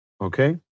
Okay